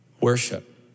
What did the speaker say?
worship